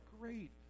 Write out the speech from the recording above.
Great